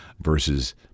versus